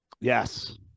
Yes